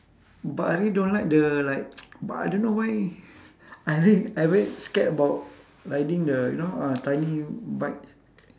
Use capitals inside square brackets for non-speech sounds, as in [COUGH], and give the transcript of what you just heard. but I really don't like the like [NOISE] but I don't know why I really I very scared about riding the you know ah tiny bike